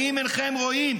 האם אינכם רואים